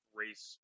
race